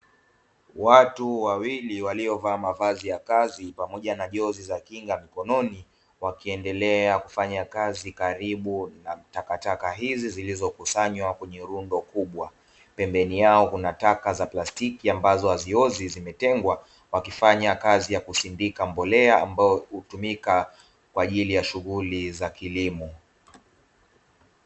Watu wawili waliyovaa mavazi ya kazi pamoja na jozi za kinga mikononi, wakiendelea kufanya kazi karibu na takataka hizi zilizokusanywa kwenye rundo kubwa. Pembeni yao kuna taka za plastiki ambazo haziozi zimetengwa wakifanya kazi ya kisindika mbolea ambayo hutumika kwa ajili ya shughuli za kilimo.